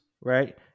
right